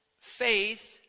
faith